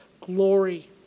glory